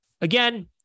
again